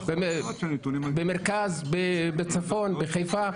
במרכז, בצפון, בחיפה?